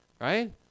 right